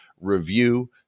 review